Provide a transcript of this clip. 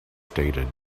stated